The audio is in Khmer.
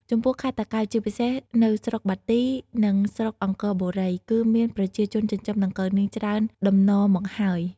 ចំពោះខេត្តតាកែវ ជាពិសេសនៅស្រុកបាទី និងស្រុកអង្គរបុរី គឺមានប្រជាជនចិញ្ចឹមដង្កូវនាងច្រើនតំណមកហើយ។